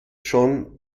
schon